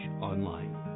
online